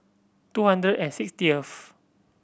two hundred and sixtieth